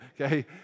okay